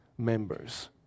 members